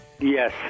Yes